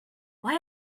why